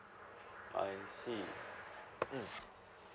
I see mm